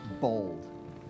bold